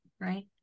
right